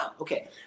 Okay